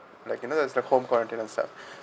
like you know there's the home quarantine and stuff